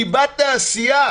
ליבת העשייה,